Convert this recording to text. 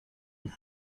nous